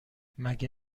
مگه